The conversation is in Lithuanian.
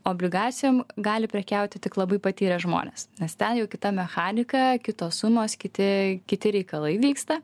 obligacijom gali prekiauti tik labai patyrę žmonės nes ten jau kita mechanika kitos sumos kiti kiti reikalai vyksta